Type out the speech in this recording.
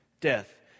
death